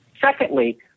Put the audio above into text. Secondly